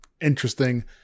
interesting